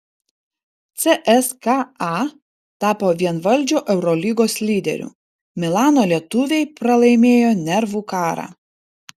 cska tapo vienvaldžiu eurolygos lyderiu milano lietuviai pralaimėjo nervų karą